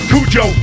Cujo